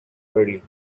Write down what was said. early